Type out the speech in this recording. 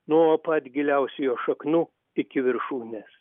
nuo pat giliausių jo šaknų iki viršūnės